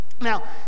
Now